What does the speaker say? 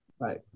right